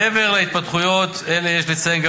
מעבר להתפתחויות אלה יש לציין גם